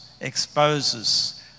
exposes